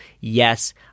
Yes